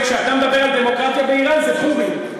לכן כשאתה מדבר על דמוקרטיה באיראן זה פורים.